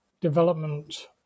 development